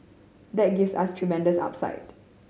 that gives us tremendous upside